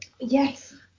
Yes